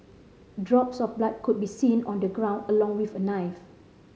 drops of blood could be seen on the ground along with a knife